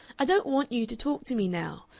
i don't want you to talk to me now.